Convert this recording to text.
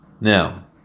Now